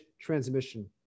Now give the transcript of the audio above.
transmission